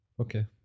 Okay